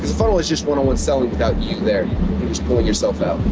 funnel is just one on one selling without you there. you're just pulling yourself out.